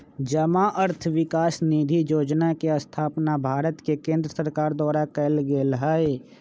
जमा अर्थ विकास निधि जोजना के स्थापना भारत के केंद्र सरकार द्वारा कएल गेल हइ